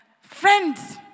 Friends